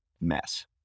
mess